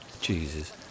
Jesus